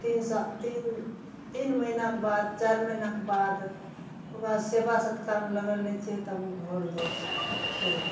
तीन सा तीन तीन महिनाक बाद चारि महिनाके बाद ओकरा सेबा सत्कारमे लगल रहैत छियै तब घौर दै छै केला